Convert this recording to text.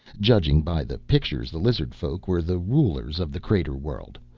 judging by the pictures the lizard folk were the rulers of the crater world,